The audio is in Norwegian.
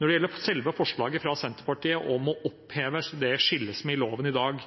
Når det gjelder forslaget fra Senterpartiet om å oppheve det skillet som er i loven i dag,